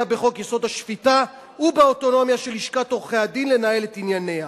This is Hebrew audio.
בחוק-יסוד: השפיטה ובאוטונומיה של לשכת עורכי-הדין לנהל את ענייניה,